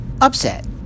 upset